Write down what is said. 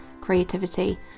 creativity